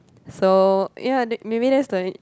so ya that maybe that's the